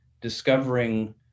discovering